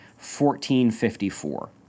1454